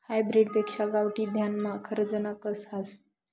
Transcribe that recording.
hybrid पेक्शा गावठी धान्यमा खरजना कस हास